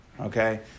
Okay